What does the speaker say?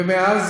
ומאז,